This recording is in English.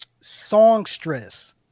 Songstress